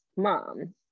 Mom